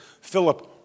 Philip